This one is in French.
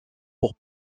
pour